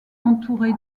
entouré